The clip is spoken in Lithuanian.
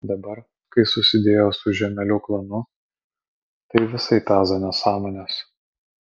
dabar kai susidėjo su žiemelių klanu tai visai peza nesąmones